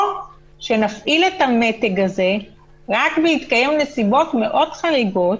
או שנפעיל את המתג הזה רק בהתקיים נסיבות מאוד חריגות